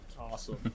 Awesome